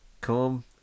come